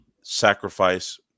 sacrifice